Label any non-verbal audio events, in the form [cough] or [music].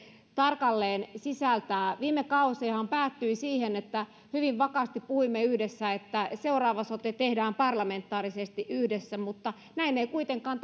tarkalleen sisältää viime kausihan päättyi siihen että hyvin vakaasti puhuimme yhdessä että seuraava sote tehdään parlamentaarisesti yhdessä mutta näin ei kuitenkaan [unintelligible]